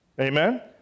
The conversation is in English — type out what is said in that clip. amen